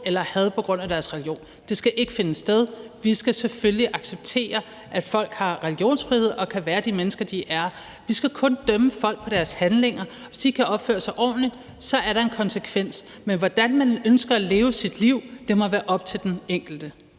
eller had på grund af deres religion. Det skal ikke finde sted, og vi skal selvfølgelig acceptere, at folk har religionsfrihed og kan være de mennesker, de er. Vi skal kun dømme folk på deres handlinger. Hvis de ikke kan opføre sig ordentligt, er der en konsekvens. Men hvordan man ønsker at leve sit liv, må være op til den enkelte.